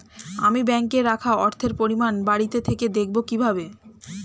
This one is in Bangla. আমি ব্যাঙ্কে রাখা অর্থের পরিমাণ বাড়িতে থেকে দেখব কীভাবে?